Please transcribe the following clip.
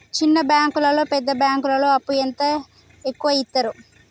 చిన్న బ్యాంకులలో పెద్ద బ్యాంకులో అప్పు ఎంత ఎక్కువ యిత్తరు?